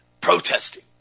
protesting